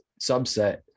subset